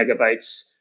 megabytes